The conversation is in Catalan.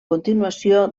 continuació